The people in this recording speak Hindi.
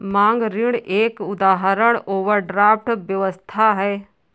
मांग ऋण का एक उदाहरण ओवरड्राफ्ट व्यवस्था है